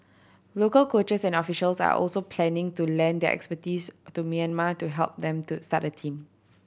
local coaches and officials are also planning to lend their expertise to Myanmar to help them to start a team